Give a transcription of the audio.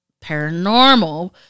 paranormal